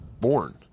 born